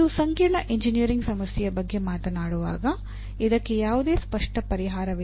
ನೀವು ಸಂಕೀರ್ಣ ಎಂಜಿನಿಯರಿಂಗ್ ಸಮಸ್ಯೆಯ ಬಗ್ಗೆ ಮಾತನಾಡುವಾಗ ಇದಕ್ಕೆ ಯಾವುದೇ ಸ್ಪಷ್ಟ ಪರಿಹಾರವಿಲ್ಲ